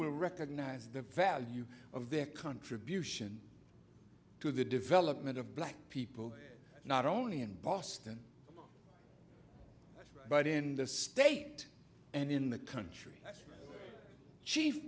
will recognize the value of their contribution to the development of black people not only in boston but in the state and in the country chief